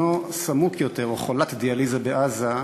או של חולת דיאליזה בעזה,